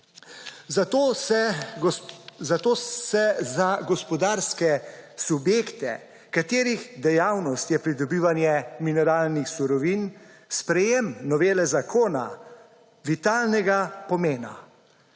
Zato se za gospodarske subjekte, katerih dejavnost je pridobivanje mineralnih surovin, sprejem novele zakona vitalnega pomena,